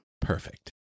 Perfect